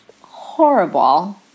horrible